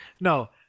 No